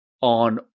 on